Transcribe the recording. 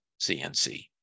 CNC